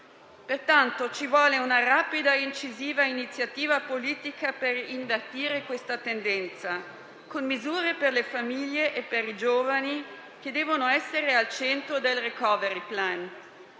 Pertanto ci vuole una rapida e incisiva iniziativa politica, per invertire questa tendenza, con misure per le famiglie e per i giovani, che devono essere al centro del *recovery plan*.